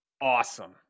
awesome